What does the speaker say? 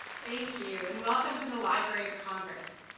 thank you and welcome to the library of congress.